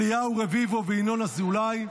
אליהו רביבו וינון אזולאי.